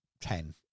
ten